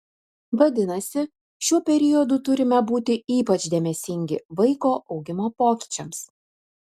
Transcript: vadinasi šiuo periodu turime būti ypač dėmesingi vaiko augimo pokyčiams